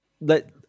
let